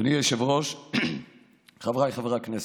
אדוני היושב-ראש, חבריי חברי הכנסת,